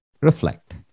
reflect